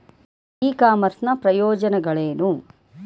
E commerce ನ ಪ್ರಯೋಜನಗಳೇನು?